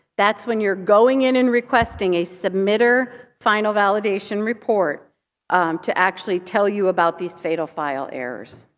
that's when you're going in and requesting a submitter final validation report to actually tell you about these fatal file errors.